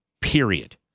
Period